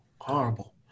horrible